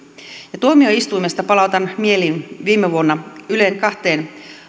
tuomioistuimesta palautan mieliin viime vuonna yle kahteen